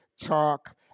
talk